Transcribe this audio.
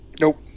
nope